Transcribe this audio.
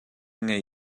ngei